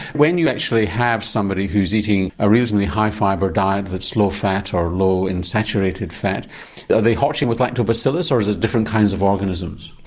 when you actually have somebody who's eating a reasonably high fibre diet that's low fat or low in saturated fat, are they hatching with lacto bacillus or is it different kinds of organisms?